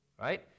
right